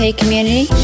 community